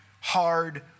hard